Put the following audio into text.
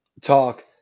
talk